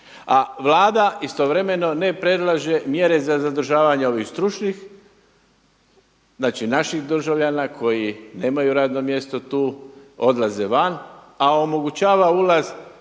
A Vlada istovremeno ne predlaže mjere za zadržavanje ovih stručnih, znači naših državljana koji nemaju radnom mjesto tu, odlaze van, a omogućava ulaz